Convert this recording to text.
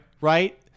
Right